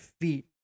feet